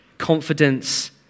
confidence